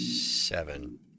seven